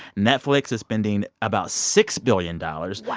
netflix is spending about six billion dollars yeah